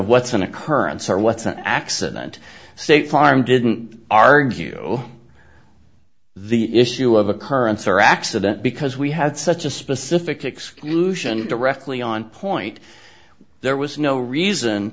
what's an occurrence or what's an accident state farm didn't argue the issue of occurrence or accident because we had such a specific exclusion directly on point there was no reason